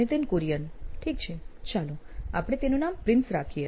નિતિન કુરિયન ઠીક છે ચાલો આપણે તેનું નામ પ્રિન્સ રાખીએ